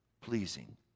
pleasing